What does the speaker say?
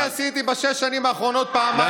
אני עשיתי בשש שנים האחרונות פעמיים פוליגרף.